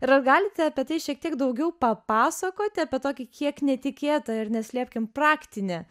ir ar galite apie tai šiek tiek daugiau papasakoti apie tokį kiek netikėtą ir neslėpkim praktine